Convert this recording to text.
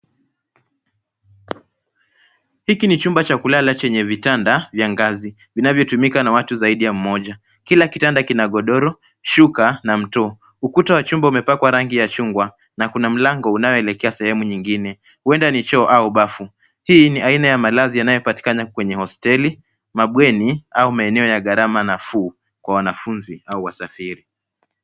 Hiki ni chumba cha kulala chenye vitanda vya ngazi, vinavyotumika na watu zaidi ya mmoja. Kila kitanda kina godoro, shuka na mto. Ukuta wa chumba umepakwa rangi ya chungwa na kuna mlango unaoelekea sehemu nyingine; huenda ni choo au bafu. Hii ni aina ya malazi yanayopatikana kwenye hosteli, mabweni au maeneo ya gharama nafuu kwa wanafunzi au wasafiri.